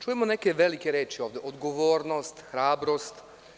Čujemo neke velike reči ovde, odgovornost, hrabrost.